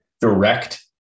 direct